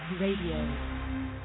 Radio